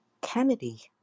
kennedy